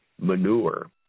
manure